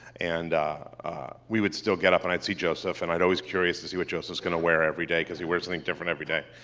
and we would still get up. and i'd see joseph. and i'm always curious to see what joseph was going to wear every day. because he wears something different every day.